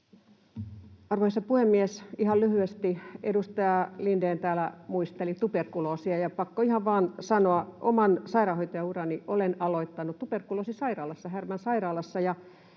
Arvoisa puhemies! Ihan lyhyesti: Edustaja Lindén täällä muisteli tuberkuloosia, ja pakko ihan vain sanoa: oman sairaanhoitajaurani olen aloittanut tuberkuloosisairaalassa, Härmän sairaalassa,